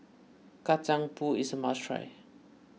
Kacang Pool is a must try